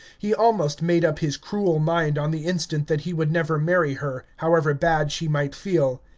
he almost made up his cruel mind on the instant that he would never marry her, however bad she might feel.